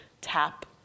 tap